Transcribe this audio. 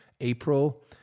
April